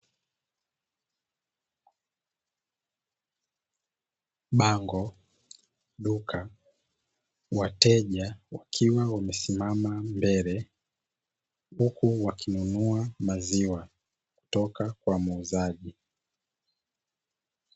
Bango, duka, wateja wakiwa wamesimama mbele, huku wakinunua maziwa toka kwa muuzaji.